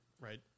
right